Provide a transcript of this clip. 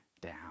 down